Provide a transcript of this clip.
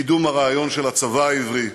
לקידום הרעיון של הצבא העברי,